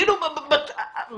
זה משנה את התחושה.